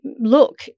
look